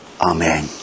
Amen